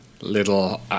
little